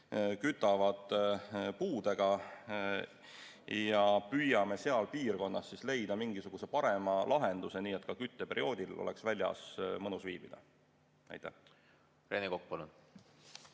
kütavad puudega, ja püüame seal piirkonnas leida mingisuguse parema lahenduse, nii et ka kütteperioodil oleks väljas mõnus viibida. Rene